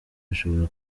bishobora